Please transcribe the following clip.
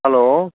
hello